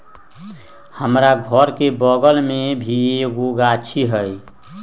हमरा घर के बगल मे भी एगो गाछी हई